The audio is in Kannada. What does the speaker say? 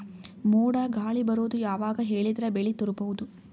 ಮೋಡ ಗಾಳಿ ಬರೋದು ಯಾವಾಗ ಹೇಳಿದರ ಬೆಳೆ ತುರಬಹುದು?